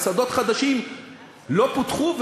אבל שדות חדשים לא פותחו,